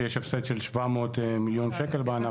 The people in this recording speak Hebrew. - יש הפסד של 700 מיליון שקל בענף הזה.